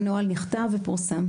והנוהל נכתב ופורסם.